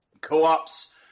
co-ops